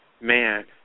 man